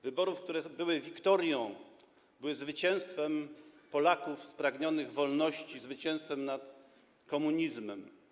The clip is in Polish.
Wyborów, które były wiktorią, były zwycięstwem Polaków spragnionych wolności, zwycięstwem nad komunizmem.